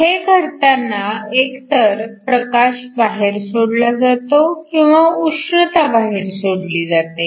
हे घडताना एक तर प्रकाश बाहेर सोडला जातो किंवा उष्णता बाहेर सोडली जाते